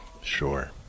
sure